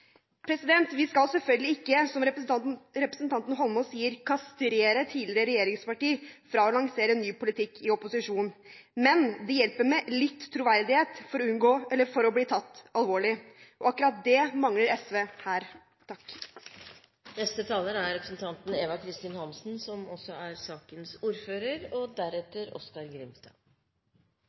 kan. Vi skal selvfølgelig ikke, som representanten Holmås sier, kastrere tidligere regjeringsparti fra å lansere en ny politikk i opposisjon, men det hjelper med litt troverdighet for å bli tatt alvorlig. Akkurat det mangler SV her. Jeg må si at jeg er litt forundret over retningen denne debatten har tatt, både at det er så høy temperatur, og